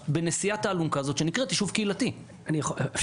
זה או יישוב קהילתי או הרחבה קהילתית של קיבוץ או מושב.